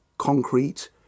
Concrete